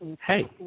hey